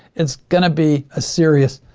it's gonna be a serious,